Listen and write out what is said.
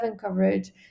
coverage